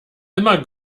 immer